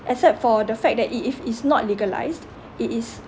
except for the fact that it if it's not legalised it is